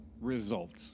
results